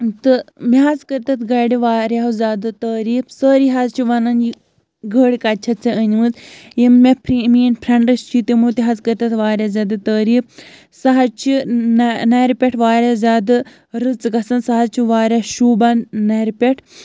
تہٕ مےٚ حظ کٔرۍ تَتھ گَرِ وارِہو زیادٕ تعٲریٖف سٲری حظ چھِ وَنان یہِ گٔرۍ کَتہِ چھَتھ ژےٚ أنۍمٕتۍ یِم مےٚ میٛٲنۍ فرٛٮ۪نٛڈٕز چھِ تِمو تہِ حظ کٔرۍ تَتھ واریاہ زیادٕ تعٲریٖف سُہ حظ چھِ نَہ نَرِ پٮ۪ٹھ واریاہ زیادٕ رٕژ گژھان سُہ حظ چھِ واریاہ شوٗبان نَرِ پٮ۪ٹھ